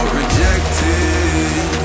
rejected